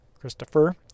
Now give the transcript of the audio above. Christopher